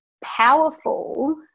powerful